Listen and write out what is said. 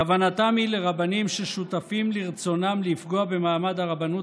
כוונתם היא לרבנים ששותפים לרצונם לפגוע במעמד הרבנות